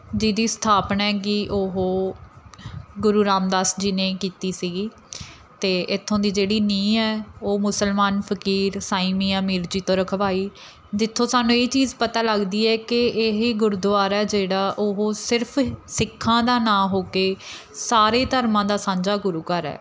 ਜਿਹਦੀ ਸਥਾਪਨਾ ਕਿ ਉਹ ਗੁਰੂ ਰਾਮਦਾਸ ਜੀ ਨੇ ਕੀਤੀ ਸੀਗੀ ਅਤੇ ਇੱਥੋਂ ਦੀ ਜਿਹੜੀ ਨੀਂਹ ਹੈ ਉਹ ਮੁਸਲਮਾਨ ਫਕੀਰ ਸਾਈਂ ਮੀਆਂ ਮੀਰ ਜੀ ਤੋਂ ਰਖਵਾਈ ਜਿੱਥੋਂ ਸਾਨੂੰ ਇਹ ਚੀਜ਼ ਪਤਾ ਲੱਗਦੀ ਹੈ ਕਿ ਇਹ ਗੁਰਦੁਆਰਾ ਜਿਹੜਾ ਉਹ ਸਿਰਫ ਸਿੱਖਾਂ ਦਾ ਨਾ ਹੋ ਕੇ ਸਾਰੇ ਧਰਮਾਂ ਦਾ ਸਾਂਝਾ ਗੁਰੂ ਘਰ ਹੈ